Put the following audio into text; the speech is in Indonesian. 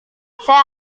saya